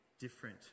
different